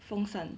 风扇